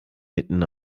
mitten